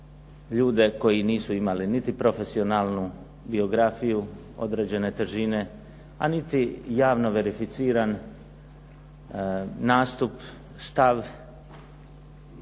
ljude koji nisu imali niti profesionalnu biografiju određene težine, a niti javno verificiran nastup, stav